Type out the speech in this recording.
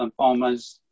lymphomas